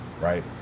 right